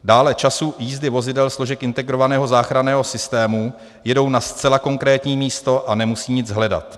Dále času jízdy vozidel složek integrovaného záchranného systému jedou na zcela konkrétní místo a nemusí nic hledat.